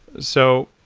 so,